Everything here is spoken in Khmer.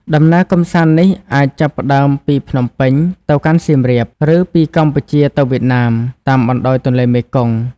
ដំណើរកម្សាន្តនេះអាចចាប់ផ្តើមពីភ្នំពេញ ទៅកាន់សៀមរាប ឬពីកម្ពុជាទៅវៀតណាម តាមបណ្តោយទន្លេមេគង្គ។